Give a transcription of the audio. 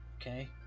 okay